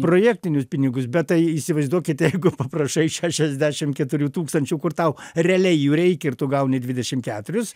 projektinius pinigus bet tai įsivaizduokit jeigu paprašai šešiasdešim keturių tūkstančių kur tau realiai jų reikia ir tu gauni dvidešim keturis